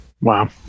Wow